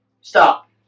stop